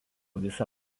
visą